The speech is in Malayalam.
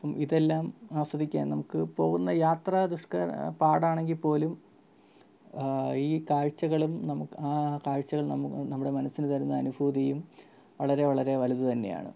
ഇതെല്ലാം ആസ്വദിക്കാൻ നമുക്ക് പോവുന്ന യാത്ര ദുഷ്കരം പാടാണെങ്കിൽ പോലും ഈ കാഴ്ചകളും നമുക്ക് ആ കാഴ്ചകൾ നമ്മുടെ മനസ്സിന് തരുന്ന അനുഭൂതിയും വളരെ വളരെ വലുത് തന്നെയാണ്